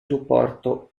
supporto